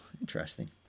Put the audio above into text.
Interesting